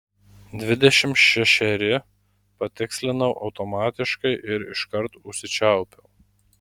dvidešimt šešeri patikslinau automatiškai ir iškart užsičiaupiau